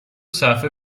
صفحه